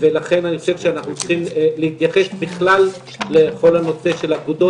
ולכן אני חושב שאנחנו צריכים להתייחס בכלל לכל הנושא של האגודות,